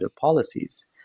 policies